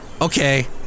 okay